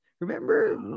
Remember